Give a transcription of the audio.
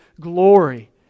glory